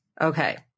Okay